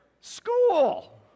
school